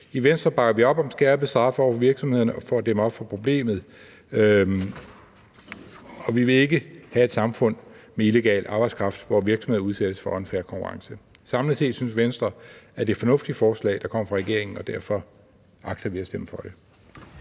I Venstre bakker vi op om skærpet straf over for virksomhederne for at dæmme op for problemet, og vi vil ikke have et samfund med illegal arbejdskraft, hvor virksomheder udsættes for unfair konkurrence. Samlet set synes Venstre, at det er et fornuftigt forslag, der kommer fra regeringen, og derfor agter vi at stemme for det.